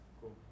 Cool